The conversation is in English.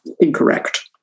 incorrect